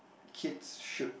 kids should